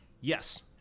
yes